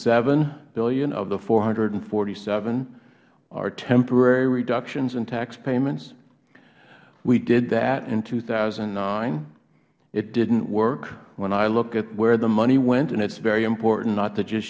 seven billion of the four hundred and forty seven billion are temporary reductions in tax payments we did that in two thousand and nine it didn't work when i look at where the money went and it is very important to not just